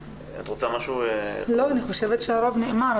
אני חושבת שהרוב נאמר.